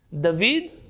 David